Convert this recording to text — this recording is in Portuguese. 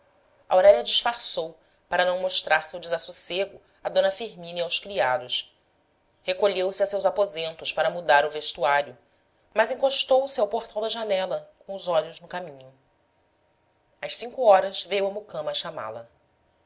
aurélia disfarçou para não mostrar seu desassossego a d firmina e aos criados recolheu-se a seus aposentos para mudar o vestuário mas encostou-se ao portal da janela com os olhos no caminho às cinco horas veio a mucama chamá-la